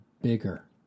bigger